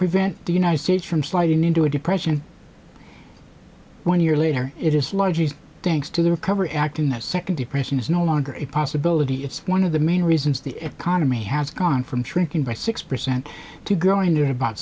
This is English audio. prevent the united states from sliding into a depression one year later it is largely thanks to the recovery act in the second depression is no longer a possibility it's one of the main reasons the economy has gone from shrinking by six percent to growing to have bou